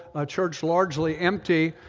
a church largely empty,